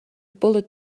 bullet